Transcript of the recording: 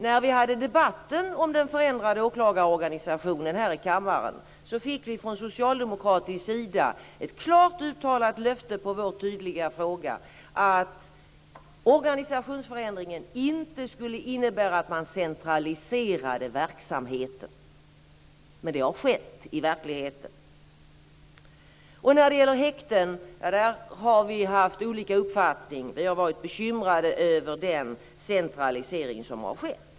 När vi hade debatten om den förändrade åklagarorganisationen här i kammaren fick vi, som svar på vår tydliga fråga, ett klart uttalat löfte från socialdemokratisk sida att organisationsförändringen inte skulle innebära att man centraliserade verksamheten. Men det har skett i verkligheten. Vi har haft olika uppfattningar om häktena. Vi har varit bekymrade över den centralisering som har skett.